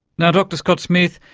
yeah dr scott smith,